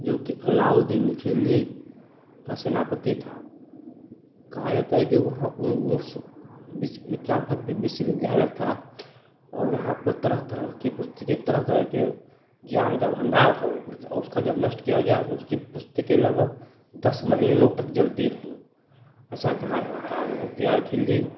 जोकि अलाउद्दीन खिलज़ी का सेनापति था कहा जाता है कि वहाँ उस विश्व इतना भव्य विश्वविद्यालय था और वहाँ पर तरह तरह की पुस्तकें तरह तरह के ज्ञान का भण्डार था वह और उसका जब नष्ट किया गया उसकी पुस्तकें लगभग दस महीनों तक जलती रहीं ऐसा कहा गया था बख़्तियार खिलज़ी